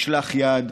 משלח יד.